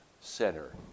center